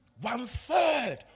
One-third